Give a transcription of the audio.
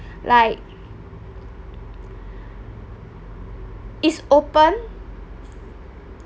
like is open